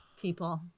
people